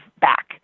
back